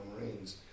Marines